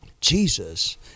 Jesus